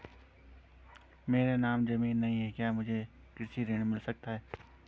मेरे नाम ज़मीन नहीं है क्या मुझे कृषि ऋण मिल सकता है?